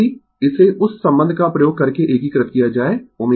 यदि इसे उस संबंध का उपयोग करके एकीकृत किया जाए ω2πT